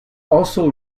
also